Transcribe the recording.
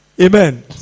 Amen